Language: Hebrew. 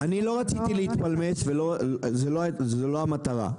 לא רציתי להתפלמס וזאת לא המטרה.